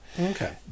okay